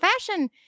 fashion